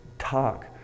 talk